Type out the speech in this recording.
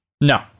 No